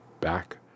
back